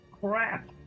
crap